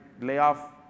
layoff